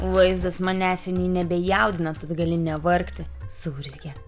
vaizdas manęs seniai nebejaudina tad gali nevargti suurzgė